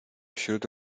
wśród